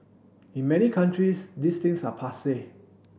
in many countries these things are passe